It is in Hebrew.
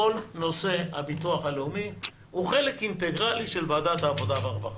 כל נושא הביטוח הלאומי הוא חלק אינטגרלי של ועדת העבודה והרווחה.